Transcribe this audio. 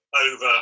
Over